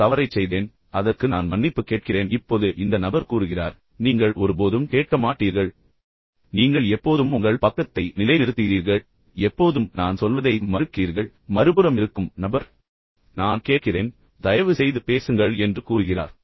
இந்த தவறைச் செய்தேன் அதற்கு நான் மன்னிப்பு கேட்கிறேன் இப்போது இந்த நபர் கூறுகிறார் நீங்கள் ஒருபோதும் கேட்க மாட்டீர்கள் நீங்கள் எப்போதும் பேசுகிறீர்கள் நீங்கள் எப்போதும் உங்கள் பக்கத்தை நிலைநிறுத்துகிறீர்கள் எப்போதும் நான் சொல்வதை மறுக்கிறீர்கள் மறுபுறம் இருக்கும் நபர் நான் கேட்கிறேன் தயவுசெய்து பேசுங்கள் என்று கூறுகிறார்